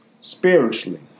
spiritually